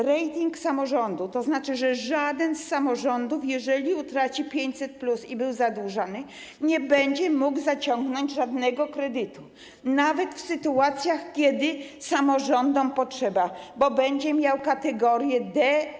Rating samorządów - to znaczy, że żaden z samorządów, jeżeli utraci 500+ i był zadłużany, nie będzie mógł zaciągnąć żadnego kredytu, nawet w sytuacjach kiedy samorządowi potrzeba, bo będzie miał kategorię D,